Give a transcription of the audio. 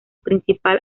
principal